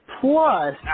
Plus